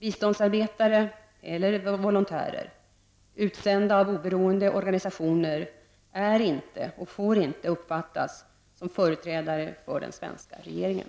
Biståndsarbetare — eller volontärer — utsända av oberoende organisationer är inte och får inte uppfattas som företrädare för den svenska regeringen.